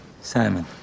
Simon